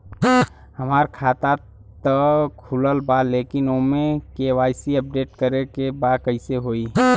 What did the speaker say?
हमार खाता ता खुलल बा लेकिन ओमे के.वाइ.सी अपडेट करे के बा कइसे होई?